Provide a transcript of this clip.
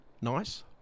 Nice